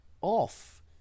off